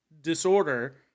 disorder